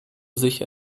sich